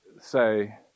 say